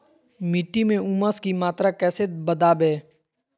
मिट्टी में ऊमस की मात्रा कैसे बदाबे?